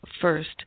first